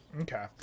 Okay